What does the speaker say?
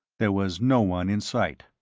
there was no one in sight.